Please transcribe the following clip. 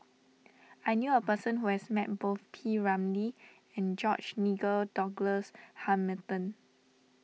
I knew a person who has met both P Ramlee and George Nigel Douglas Hamilton